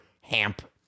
Hamp